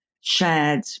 shared